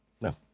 No